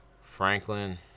Franklin